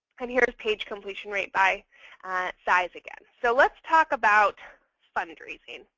and here is page completion rate by size again. so let's talk about fundraising,